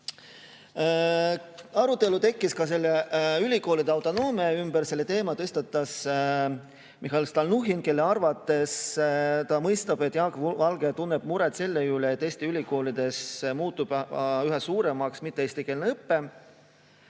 Arutelu tekkis ka ülikoolide autonoomia ümber. Selle teema tõstatas Mihhail Stalnuhhin, kes ütles end mõistvat, et Jaak Valge tunneb muret selle pärast, et Eesti ülikoolides muutub üha enamaks mitte-eestikeelne õpe.